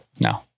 No